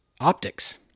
optics